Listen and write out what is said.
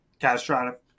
catastrophic